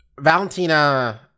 Valentina